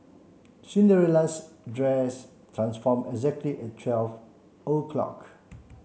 Cinderella's dress transformed exactly at twelve